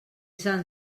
sant